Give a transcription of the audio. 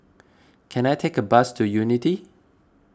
can I take a bus to Unity